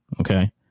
Okay